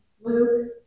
Luke